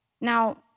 Now